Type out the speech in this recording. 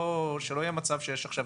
שלא יהיה מצב שיש עכשיו